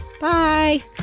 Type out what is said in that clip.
Bye